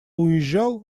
уезжал